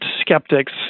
skeptics